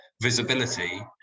visibility